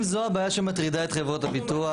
אם זו הבעיה שמטרידה את חברות הביטוח